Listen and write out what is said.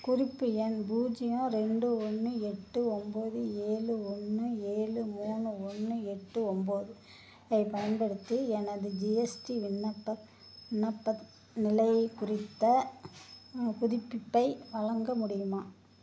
குறிப்பு எண் பூஜ்ஜியம் ரெண்டு ஒன்று எட்டு ஒன்போது ஏழு ஒன்று ஏழு மூணு ஒன்று எட்டு ஒன்போது ஐப் பயன்படுத்தி எனது ஜிஎஸ்டி விண்ணப்ப விண்ணப்பத் நிலையை குறித்த புதுப்பிப்பை வழங்க முடியுமா